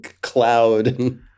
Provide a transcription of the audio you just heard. Cloud